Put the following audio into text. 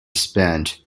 spent